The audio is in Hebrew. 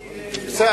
בסדר,